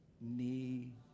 knee